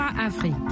Afrique